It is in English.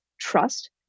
trust